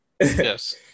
Yes